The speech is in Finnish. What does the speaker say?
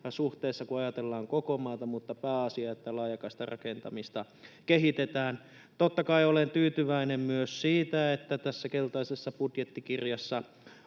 suhteessa, kun ajatellaan koko maata, mutta pääasia, että laajakaistarakentamista kehitetään. Totta kai olen tyytyväinen myös siitä, että tässä keltaisessa budjettikirjassa